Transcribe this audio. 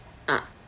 ah